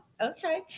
okay